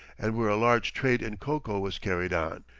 and where a large trade in cocoa was carried on.